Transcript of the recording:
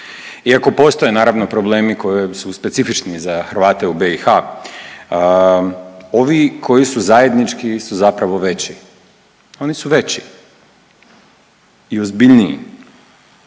Iako postoje problemi koji su specifični za Hrvate u BiH ovi koji su zajednički su zapravo veći, oni su veći i ozbiljniji.